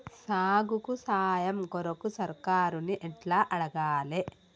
సాగుకు సాయం కొరకు సర్కారుని ఎట్ల అడగాలే?